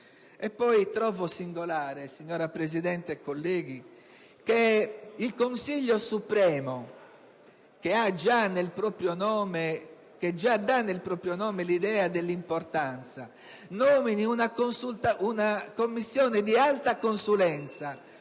E poi trovo singolare, signora Presidente e colleghi, che il Consiglio supremo, che contiene nella propria definizione la sua importanza, nomini una Commissione di alta consulenza